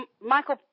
Michael